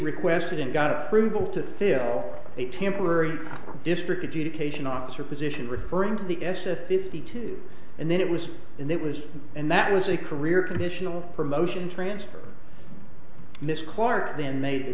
requested and got approval to fill a temporary district adjudication officer position referring to the s a fifty two and then it was and it was and that was a career conditional promotion transfer miss clark then made